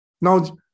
Now